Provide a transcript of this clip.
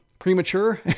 premature